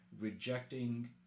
rejecting